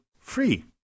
free